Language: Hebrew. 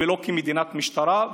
ולא כמדינת משטרה,